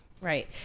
Right